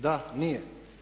Da, nije.